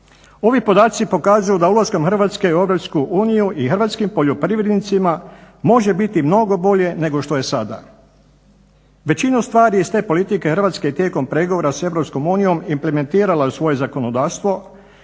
Ovi podaci pokazuju da ulaskom Hrvatske u Europsku uniju i hrvatskim poljoprivrednicima može biti mnogo bolje nego što je sada. Većinu stvari iz te politike Hrvatske i tijekom pregovora s Europskom unijom implementirala u svoje zakonodavstvo,